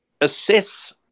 assess